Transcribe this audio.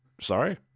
Sorry